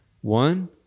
one